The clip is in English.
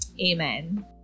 Amen